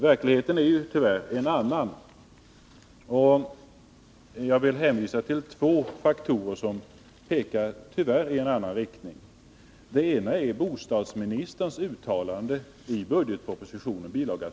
Verkligheten är tyvärr en annan, och jag vill hänvisa till två faktorer som pekar i en annan riktning. Den ena är bostadsministerns uttalande i budgetpropositionen, bil.